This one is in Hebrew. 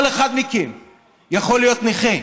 כל אחד מכם יכול להיות נכה.